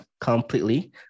completely